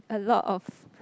a lot of